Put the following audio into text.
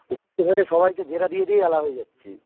সবাইকে জেরা দিয়ে দিয়েই আলা হয়ে যাচ্ছি